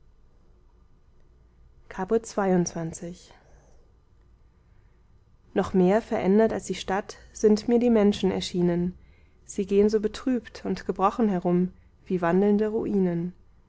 caput xxii noch mehr verändert als die stadt sind mir die menschen erschienen sie gehn so betrübt und gebrochen herum wie wandelnde ruinen